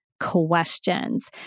questions